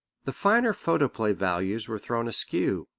the finer photoplay values were thrown askew.